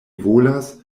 volas